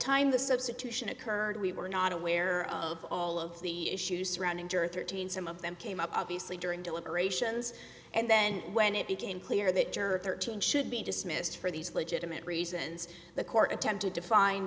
time the substitution occurred we were not aware of all of the issues surrounding journey thirteen some of them came up obviously during deliberations and then when it became clear that juror thirteen should be dismissed for these legitimate reasons the court attempted to find